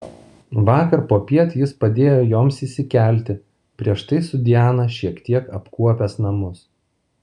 vakar popiet jis padėjo joms įsikelti prieš tai su diana šiek tiek apkuopęs namus